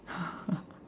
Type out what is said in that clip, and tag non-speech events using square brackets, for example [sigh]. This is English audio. [laughs]